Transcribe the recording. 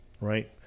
right